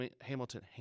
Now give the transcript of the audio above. Hamilton